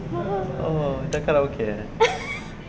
oo tekak dah okay eh